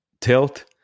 tilt